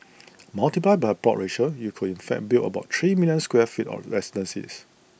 multiplied by the plot ratio you could in fact build about three million square feet of residences